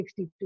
1962